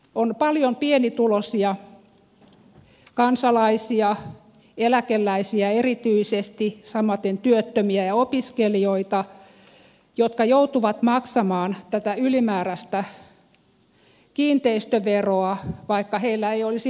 on paljon pienituloisia kansalaisia eläkeläisiä erityisesti samaten työttömiä ja opiskelijoita jotka joutuvat maksamaan tätä ylimääräistä kiinteistöveroa vaikka heillä ei olisi maksukykyä